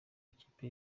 ikipe